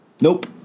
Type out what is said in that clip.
nope